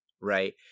right